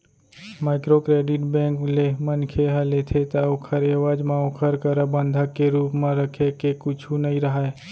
micro credit bank ले मनखे ह लेथे ता ओखर एवज म ओखर करा बंधक के रुप म रखे के कुछु नइ राहय